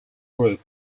group